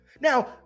Now